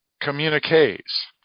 communiques